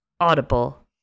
Audible